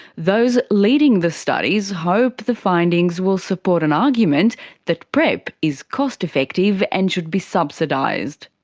those leading the studies hope the findings will support an argument that prep is cost effective and should be subsidised.